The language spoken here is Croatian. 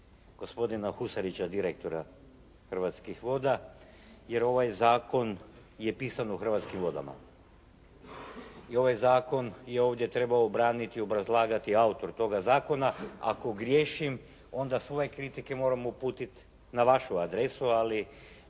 gospodina Husarića direktora Hrvatskih voda, jer ovaj zakon je pisan o Hrvatskim vodama. I ovaj zakon je ovdje trebao braniti i obrazlagati autor toga zakona. Ako griješim onda svoje kritike moram uputit na vašu adresu, ali